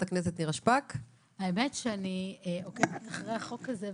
האמת שאחרי החוק הזה,